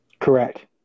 Correct